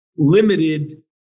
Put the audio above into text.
limited